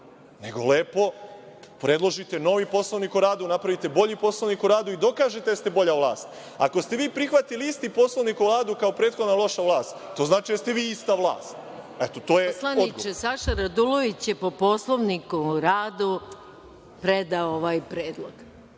Nego lepo predložite novi poslovnik o radu, napravite bolji poslovnik i dokažete na taj način da ste vi bolja vlast. Ako ste vi prihvatili isti Poslovnik o radu kao prethodna loša vlast, to znači da ste vi ista vlast. **Maja Gojković** Poslaniče, Saša Radulović je po Poslovniku o radu predao ovaj predlog.